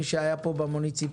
מי שהיה פה בתחום המוניציפלי,